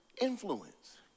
influence